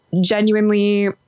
genuinely